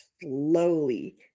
slowly